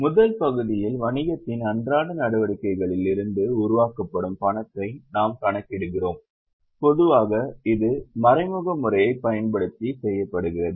முதல் பகுதியில் வணிகத்தின் அன்றாட நடவடிக்கைகளில் இருந்து உருவாக்கப்படும் பணத்தை நாம் கணக்கிடுகிறோம் பொதுவாக இது மறைமுக முறையைப் பயன்படுத்தி செய்யப்படுகிறது